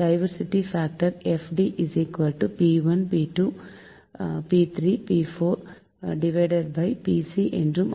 diversity factor FD p12p22p32 pc என்று ஆகும்